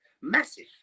massive